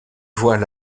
voit